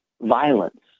violence